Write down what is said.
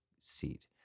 seat